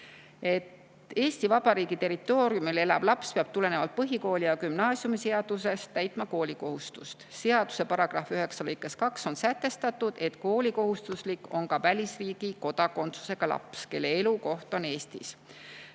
Eesti Vabariigi territooriumil elav laps peab tulenevalt põhikooli‑ ja gümnaasiumiseadusest täitma koolikohustust. Seaduse § 9 lõikes 2 on sätestatud, et koolikohustuslik on ka välisriigi kodakondsusega laps, kelle elukoht on Eestis.